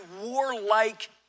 warlike